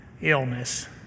illness